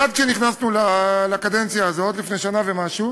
מייד כשנכנסנו לקדנציה הזאת, לפני כשנה וחצי,